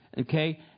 Okay